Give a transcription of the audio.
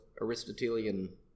Aristotelian